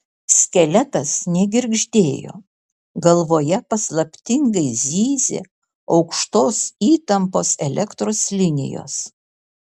skeletas negirgždėjo galvoje paslaptingai zyzė aukštos įtampos elektros linijos